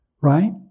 Right